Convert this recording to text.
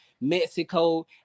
mexico